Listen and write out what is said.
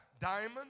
Diamond